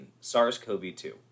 SARS-CoV-2